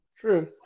True